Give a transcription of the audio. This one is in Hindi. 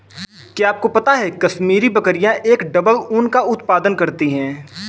क्या आपको पता है कश्मीरी बकरियां एक डबल ऊन का उत्पादन करती हैं?